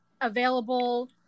available